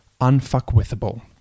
unfuckwithable